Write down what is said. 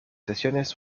sesiones